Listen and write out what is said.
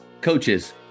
Coaches